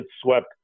swept